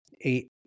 eight